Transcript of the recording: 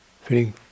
feeling